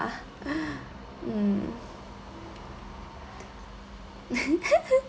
mm